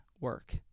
work